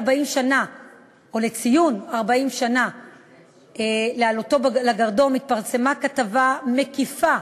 לציון 40 שנה להעלאתו לגרדום התפרסמה כתבה מקיפה